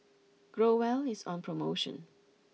Growell is on promotion